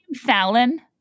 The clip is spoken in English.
Fallon